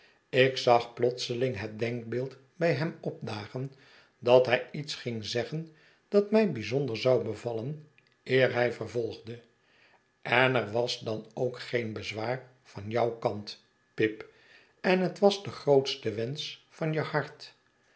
ik zag plotseling het denkbeeld bij hem opdagen dat hij iets ging zeggen dat mij bijzonder zou bevallen eer hij vervolgde en er was dan ook geen bezwaar van jou kant pip en het was de grootste wensch van je hart